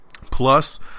Plus